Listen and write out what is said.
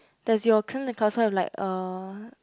does your have like a